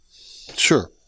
sure